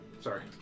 Sorry